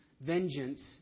vengeance